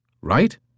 right